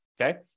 okay